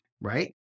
right